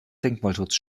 denkmalschutz